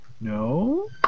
No